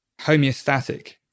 homeostatic